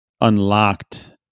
unlocked